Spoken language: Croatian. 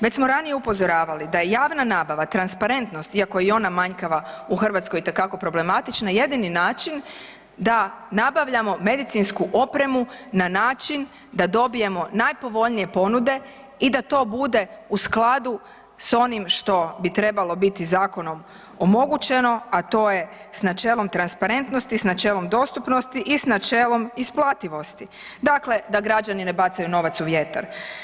Već smo ranije upozoravali da je javna nabava transparentnost iako je i ona manjkava, u Hrvatskoj itekako problematična, jedini način da nabavljamo medicinsku opremu na način da dobijemo najpovoljnije ponude i da to bude u skladu s onim što bi trebalo biti zakonom omogućeno, a to je s načelom transparentnosti, s načelom dostupnosti i s načelom isplativosti, dakle da građani ne bacaju novac u vjetar.